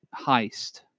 heist